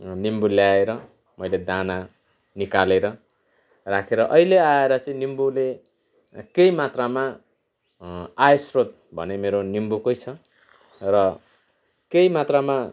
निम्बु ल्याएर मैले दाना निकालेर राखेर अहिले आएर चाहिँ निम्बुले केही मात्रामा आयस्रोत भने मेरो निम्बुकै छ र केही मात्रामा